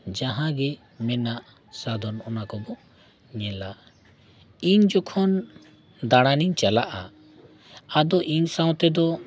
ᱡᱟᱦᱟᱸᱜᱮ ᱢᱮᱱᱟᱜ ᱥᱟᱫᱷᱚᱱ ᱚᱱᱟ ᱠᱚᱵᱚ ᱧᱮᱞᱟ ᱤᱧ ᱡᱚᱠᱷᱚᱱ ᱫᱟᱬᱟᱱᱤᱧ ᱪᱟᱞᱟᱜᱼᱟ ᱟᱫᱚ ᱤᱧ ᱥᱟᱶᱛᱮᱫᱚ